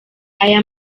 aya